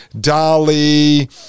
Dolly